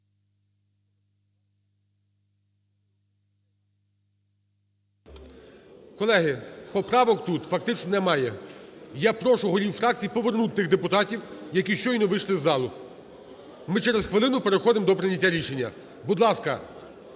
Колеги, поправок тут фактично немає. Я прошу голів фракцій повернути тих депутатів, які щойно вийшли за залу. Ми через хвилину переходимо до прийняття рішення, будь ласка,